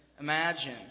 Imagine